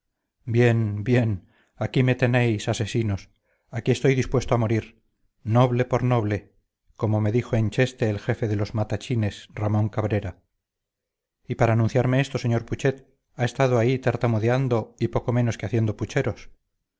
bien bien aquí me tenéis asesinos aquí estoy dispuesto a morir noble por noble como me dijo en cheste el jefe de los matachines ramón cabrera y para anunciarme esto sr putxet ha estado ahí tartamudeando y poco menos que haciendo pucheros